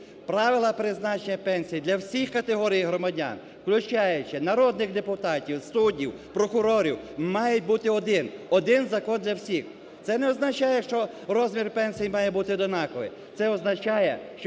Правила призначення пенсій для всіх категорій громадян, включаючи народних депутатів, суддів, прокурорів мають бути один, один закон для всіх. Це не означає, що розмір пенсії має бути однаковий, це означає, що